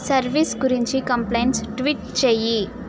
service గురించి complaints tweet చెయ్యి